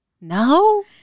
no